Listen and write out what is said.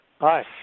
Hi